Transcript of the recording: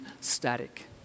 static